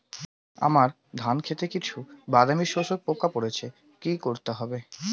আমার ধন খেতে কিছু বাদামী শোষক পোকা পড়েছে কি করতে হবে?